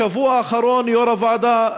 בשבוע האחרון יו"ר הוועדה,